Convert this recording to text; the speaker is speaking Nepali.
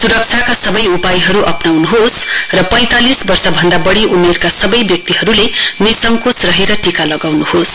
सुरक्षाका सबै उपायहरु अप्राउनुहोस र पैंतालिस वर्षभन्दा बढ़ी उमेरका सबै व्यक्तिहरुले निसङ्कोच भएर टीका लगाउनुहोस